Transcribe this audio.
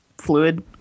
fluid